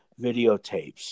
videotapes